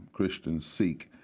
christian, sikh.